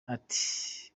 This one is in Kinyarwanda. ati